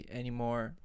anymore